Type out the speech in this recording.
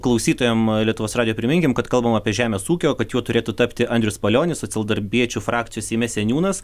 klausytojam lietuvos radijo priminkim kad kalbam apie žemės ūkio kad juo turėtų tapti andrius palionis socialdarbiečių frakcijos seime seniūnas